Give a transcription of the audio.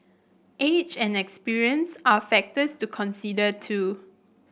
age and experience are factors to consider too